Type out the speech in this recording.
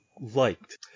liked